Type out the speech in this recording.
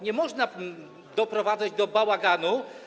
Nie można doprowadzać do bałaganu.